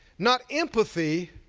not empathy,